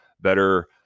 better